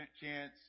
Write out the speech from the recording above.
chance